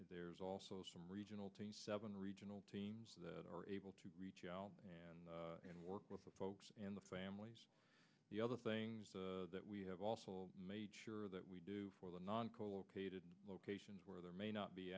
there's also some regional to seven regional teams that are able to reach out and work with the folks and the families the other things that we have also made sure that we do for the non colocated locations where there may not be